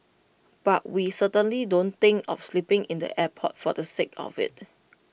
but we certainly don't think of sleeping in the airport for the sake of IT